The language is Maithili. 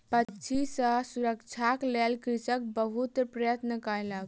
पक्षी सॅ सुरक्षाक लेल कृषक बहुत प्रयत्न कयलक